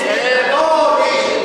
לנכדתו,